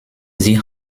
sie